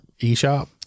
eShop